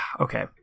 okay